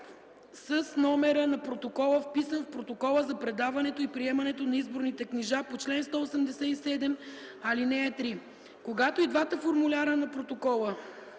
с номера на протокола, вписан в протокола за предаването и приемането на изборните книжа по чл. 187, ал. 3. Когато и двата формуляра на протокола